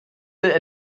will